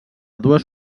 dues